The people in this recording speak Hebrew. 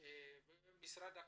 ומשרד הקליטה,